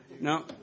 No